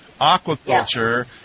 Aquaculture